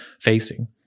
facing